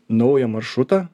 naują maršrutą